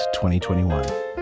2021